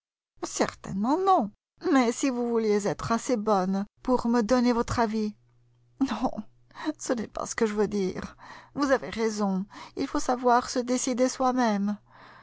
certainement non mais si vous vouliez être assez bonne pour me donner votre avis non ce n'est pas ce que je veux dire vous avez raison il faut savoir se décider soi-même